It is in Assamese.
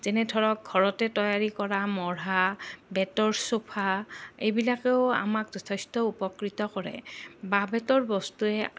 যেনে ধৰক ঘৰতে তৈয়াৰী কৰা মূঢ়া বেতৰ চোফা এইবিলাকেও আমাক যথেষ্ট উপকৃত কৰে বাঁহ বেতৰ বস্তুৱে